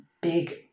big